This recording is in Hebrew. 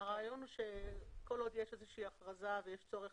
הרעיון הוא שכל עוד יש איזושהי הכרזה ויש צורך